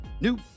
new